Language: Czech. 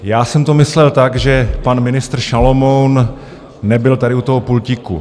Já jsem to myslel tak, že pan ministr Šalomoun nebyl tady u toho pultíku.